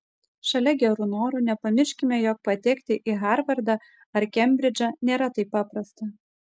šalia gerų norų nepamirškime jog patekti į harvardą ar kembridžą nėra taip paprasta